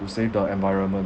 to save the environment